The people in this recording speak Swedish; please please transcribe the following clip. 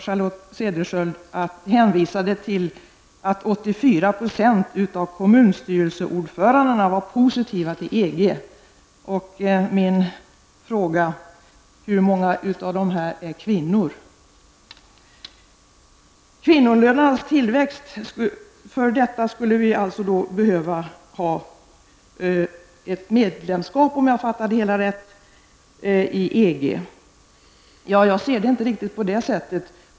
Cederschiöld till att 84 % av kommunstyrelseordförandena var positiva till EG. Min fråga blir då: Hur många av dem är kvinnor? Om jag fattade det hela rätt skulle vi behöva ha ett medlemskap i EG för att kvinnolönerna skulle stiga. Jag ser det inte riktigt på det sättet.